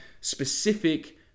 specific